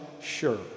sure